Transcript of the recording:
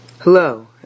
Hello